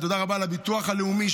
תודה רבה לביטוח הלאומי,